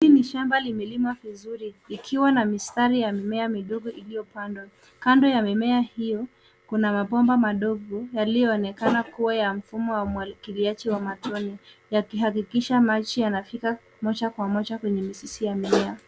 Hili nishamba limelimwa vizuri ikiwa na mistari ya mimea midogo jliyopandwa . Kando ya mimea hiyo kuna mapomba madogo yaliyo onekana kuwa mfumo wa umwagiliaji wa matone yaki hakikisha maji yanafika moja kwa moja kwenye mizizi ya mimea.